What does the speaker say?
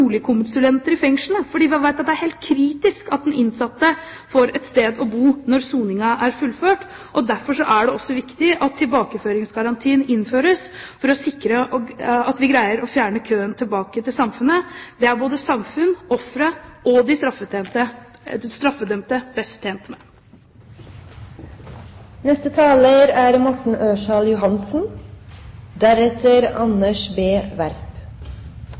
boligkonsulenter i fengslene, fordi vi vet det er helt kritisk hvis ikke den innsatte får et sted å bo når soningen er fullført. Derfor er det også viktig at tilbakeføringsgarantien innføres for å sikre at vi greier å fjerne køen tilbake til samfunnet. Det er både samfunnet, ofrene og de straffedømte best tjent med. Det er